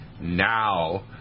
now